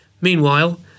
Meanwhile